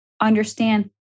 understand